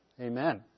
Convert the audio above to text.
Amen